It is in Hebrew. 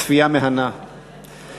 צפייה מהנה ומשכילה.